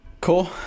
Cool